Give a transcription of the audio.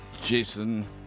Jason